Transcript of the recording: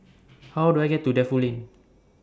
How Do I get to Defu Lane